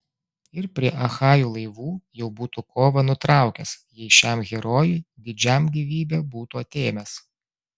ir prie achajų laivų jau būtų kovą nutraukęs jei šiam herojui didžiam gyvybę būtų atėmęs